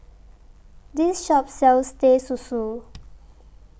This Shop sells Teh Susu